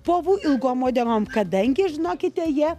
povų ilgom uodegom kadangi žinokite jie